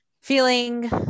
feeling